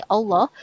Allah